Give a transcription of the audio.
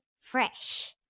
Fresh